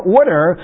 order